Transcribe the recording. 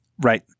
Right